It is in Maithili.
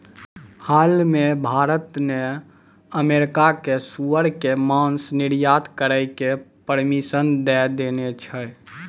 हाल मॅ भारत न अमेरिका कॅ सूअर के मांस निर्यात करै के परमिशन दै देने छै